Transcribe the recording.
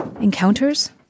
encounters